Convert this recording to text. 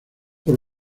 por